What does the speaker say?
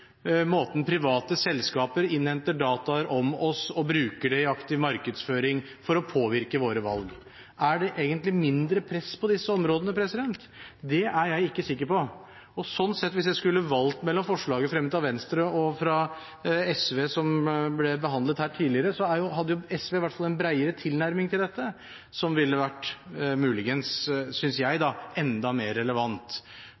måten private selskaper innhenter data om oss på og bruker det i aktiv markedsføring for å påvirke våre valg? Er det egentlig mindre press på disse områdene? Det er jeg ikke sikker på. Sånn sett, hvis jeg skulle valgt mellom forslaget fremmet av Venstre og det fra SV, som ble behandlet her tidligere, så hadde SV iallfall en bredere tilnærming til dette, som muligens ville vært – synes jeg,